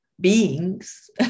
beings